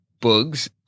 bugs